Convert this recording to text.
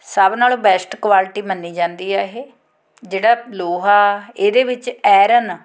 ਸਭ ਨਾਲੋਂ best quality ਮੰਨੀ ਜਾਂਦੀ ਹੈ ਇਹ ਜਿਹੜਾ ਲੋਹਾ ਇਹਦੇ ਵਿੱਚ ਆਇਰਨ